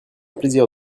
plaisir